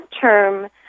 term